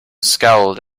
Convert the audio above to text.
scowled